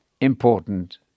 important